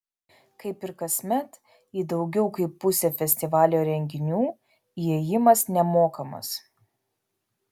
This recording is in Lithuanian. kaip ir kasmet į daugiau kaip pusę festivalio renginių įėjimas nemokamas